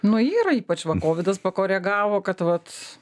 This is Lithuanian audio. nu yra ypač va kovidas pakoregavo kad vat